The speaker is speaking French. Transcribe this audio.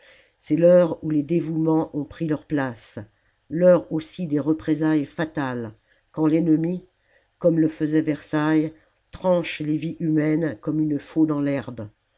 c'est l'heure où les dévouements ont pris leur place l'heure aussi des représailles fatales quand l'ennemi comme le faisait versailles tranche les vies humaines comme une faux dans l'herbe